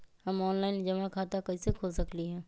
हम ऑनलाइन जमा खाता कईसे खोल सकली ह?